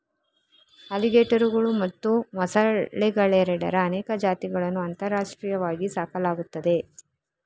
ಅಲಿಗೇಟರುಗಳು ಮತ್ತು ಮೊಸಳೆಗಳೆರಡರ ಅನೇಕ ಜಾತಿಗಳನ್ನು ಅಂತಾರಾಷ್ಟ್ರೀಯವಾಗಿ ಸಾಕಲಾಗುತ್ತದೆ